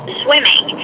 swimming